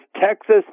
Texas